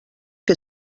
que